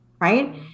right